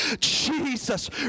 Jesus